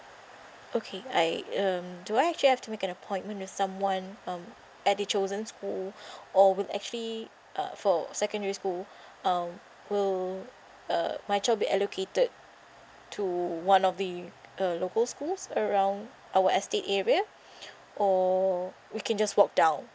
okay I um do I actually have to make an appointment with someone um at the chosen school or would actually uh for secondary school um will uh my child be allocated to one of the uh local schools around our estate area or we can just walk down